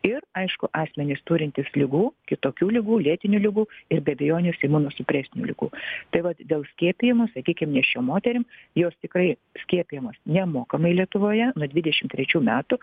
ir aišku asmenys turintys ligų kitokių ligų lėtinių ligų ir be abejonės imunosupresinių ligų tai vat dėl skiepijimo sakykim neščiom moterim jos tikrai skiepijamos nemokamai lietuvoje nuo dvidešim trečių metų